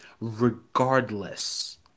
regardless